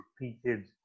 repeated